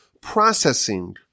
processing